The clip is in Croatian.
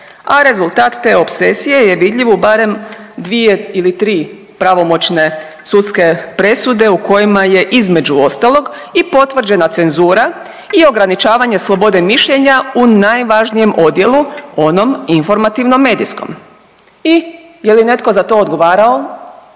a rezultat te opsesije je vidljiv u barem 2 ili 3 pravomoćne sudske presude u kojima je između ostalog i potvrđena cenzura i ograničavanje slobode mišljenja u najvažnijem odjelu onom informativno medijskom i je li netko za to odgovarao?